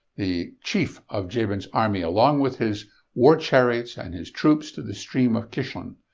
the chief of jabin's army, along with his war chariots and his troops to the stream of kishon,